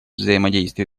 взаимодействие